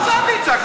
אז אל תצעק.